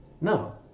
no